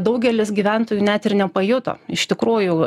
daugelis gyventojų net ir nepajuto iš tikrųjų